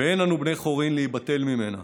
ואין אנו בני חורין ליבטל ממנה.